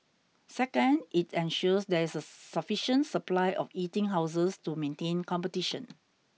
second it ensures there is a sufficient supply of eating houses to maintain competition